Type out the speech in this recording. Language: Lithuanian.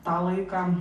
tą laiką